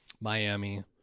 Miami